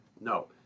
No